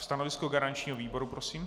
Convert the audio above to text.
Stanovisko garančního výboru prosím.